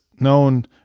known